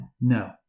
No